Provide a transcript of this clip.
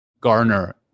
garner